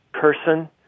person